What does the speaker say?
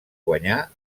guanyà